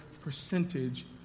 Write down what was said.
percentage